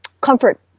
comfort